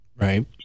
Right